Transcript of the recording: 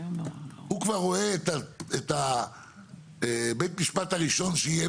הוא כבר רואה את בית המשפט הראשון שיהיה